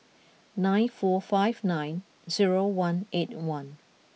nine four five nine zero one eight one